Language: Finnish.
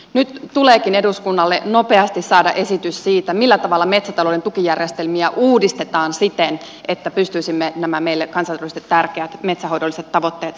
nyt tuleekin eduskunnalle nopeasti saada esitys siitä millä tavalla metsätalouden tukijärjestelmiä uudistetaan siten että pystyisimme nämä meille kansallisesti tärkeät metsähoidolliset tavoitteet saavuttamaan